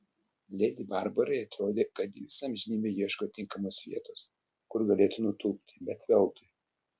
ledi barbarai atrodė kad ji visą amžinybę ieško tinkamos vietos kur galėtų nutūpti bet veltui